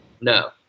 No